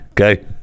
okay